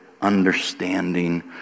understanding